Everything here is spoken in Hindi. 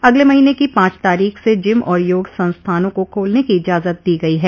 अगले महीने की पांच तारीख से जिम और योग संस्थानों को खोलने की इजाजत दी गई है